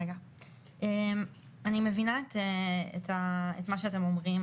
אני מבינה את מה שאתם אומרים,